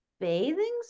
bathing